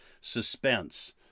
suspense